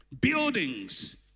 buildings